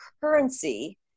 currency